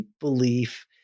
belief